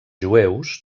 jueus